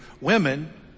women